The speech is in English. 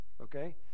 Okay